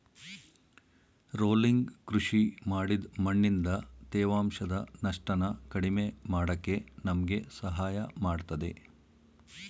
rolling ಕೃಷಿ ಮಾಡಿದ್ ಮಣ್ಣಿಂದ ತೇವಾಂಶದ ನಷ್ಟನ ಕಡಿಮೆ ಮಾಡಕೆ ನಮ್ಗೆ ಸಹಾಯ ಮಾಡ್ತದೆ